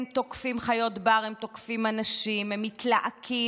הם תוקפים חיות בר, הם תוקפים אנשים, הם מתלהקים.